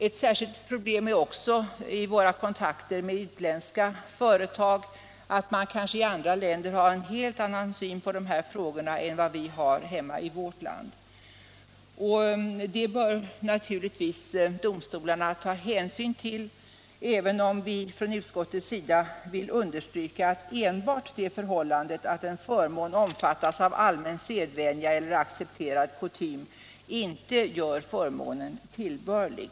Ett annat problem finns i våra kontakter med utländska företag, därför att man i andra länder har en helt annan syn på dessa frågor än vad vi har här i landet. Detta bör domstolarna givetvis ta hänsyn till, även om vi från utskottets sida vill understryka att enbart det förhållandet att en förmån omfattas av allmän sedvänja och så att säga är accepterad kutym inte gör förmånen tillbörlig.